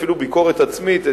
אפילו ביקורת עצמית,